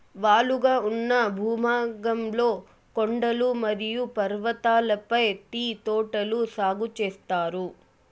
వాలుగా ఉన్న భూభాగంలో కొండలు మరియు పర్వతాలపై టీ తోటలు సాగు చేత్తారు